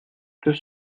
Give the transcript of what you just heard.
deux